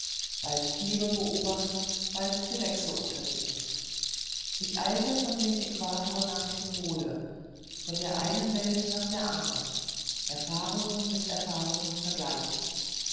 bald tiere beobachtend bald gewächse untersuchend ich eilte von dem äquator nach dem pole von der einen welt nach der andern erfahrungen mit erfahrungen vergleichend